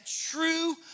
true